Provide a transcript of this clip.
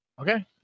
Okay